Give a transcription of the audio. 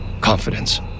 confidence